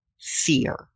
fear